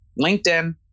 LinkedIn